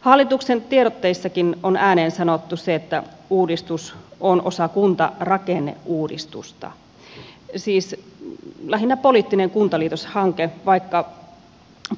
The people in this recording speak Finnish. hallituksen tiedotteissakin on ääneen sanottu se että uudistus on osa kuntarakenneuudistusta siis lähinnä poliittinen kuntaliitoshanke vaikka